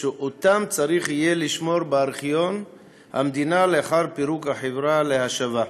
שיהיה צריך לשמור בארכיון המדינה לאחר פירוק החברה להשבה.